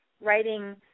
writing